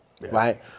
right